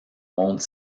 monde